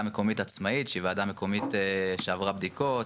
מקומית עצמאית שהיא ועדה מקומית שעברה בדיקות,